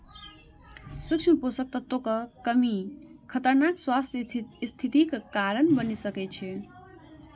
सूक्ष्म पोषक तत्वक कमी खतरनाक स्वास्थ्य स्थितिक कारण बनि सकै छै